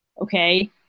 okay